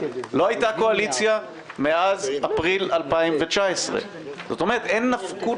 לא הייתה קואליציה מאז אפריל 2019. זאת אומרת שאין נפקות